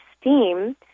steam